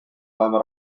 olema